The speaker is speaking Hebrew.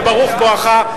וברוך בואך,